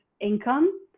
income